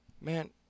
man